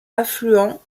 affluent